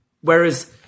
whereas